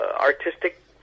artistic